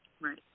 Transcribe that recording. Right